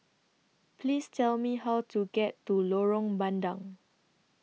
Please Tell Me How to get to Lorong Bandang